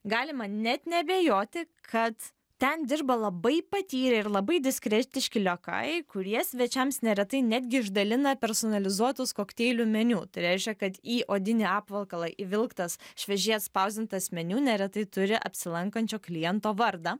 galima net neabejoti kad ten dirba labai patyrę ir labai diskretiški liokajai kurie svečiams neretai netgi išdalina personalizuotus kokteilių meniu tai reiškia kad į odinį apvalkalą vilktas šviežiai atspausdintas meniu neretai turi apsilankančio kliento vardą